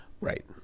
Right